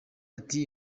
ati